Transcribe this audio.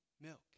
milk